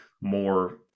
more